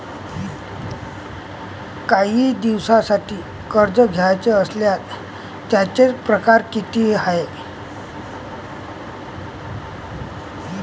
कायी दिसांसाठी कर्ज घ्याचं असल्यास त्यायचे परकार किती हाय?